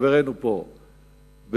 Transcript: חברנו פה,